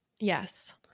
Yes